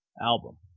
album